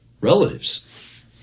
relatives